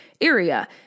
area